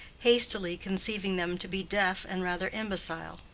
hastily conceiving them to be deaf and rather imbecile.